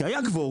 כי היה קוורום,